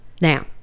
now